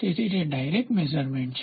તેથી તે direct measurement છે